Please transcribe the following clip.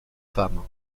femmes